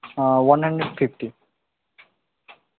one hundred fifty